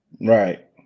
right